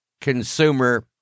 Consumer